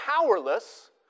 powerless